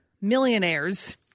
Millionaires